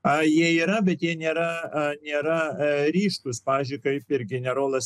jie yra bet jie nėra nėra ryškūs pavyzdžiui kaip ir generolas